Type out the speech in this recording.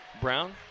Brown